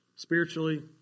Spiritually